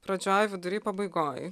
pradžioj vidury pabaigoj